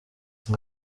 ngo